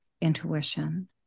intuition